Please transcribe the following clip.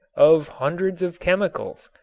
of hundreds of chemicals,